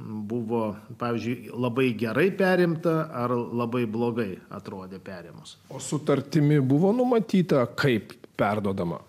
buvo pavyzdžiui labai gerai perimta ar labai blogai atrodė perėmus o sutartimi buvo numatyta kaip perduodama